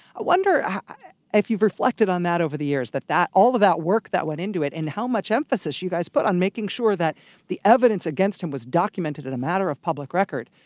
i wonder if you've reflected on that over the years. that that all of that work that went into it, and how much emphasis you guys put on making sure that the evidence against him was documented and a matter of public record.